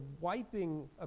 wiping